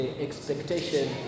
expectation